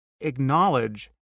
acknowledge